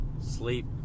sleep